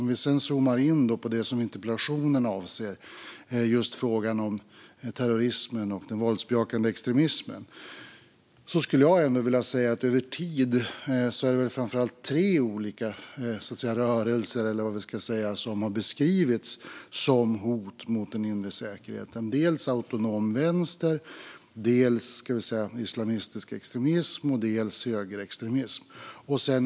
Om vi sedan zoomar in på det som interpellationen avser, frågan om terrorismen och den våldsbejakande extremismen, skulle jag ändå vilja säga att det över tid är framför allt tre olika rörelser som har beskrivits som hot mot den inre säkerheten. Det handlar om dels autonom vänster, dels islamistisk extremism och dels högerextremism.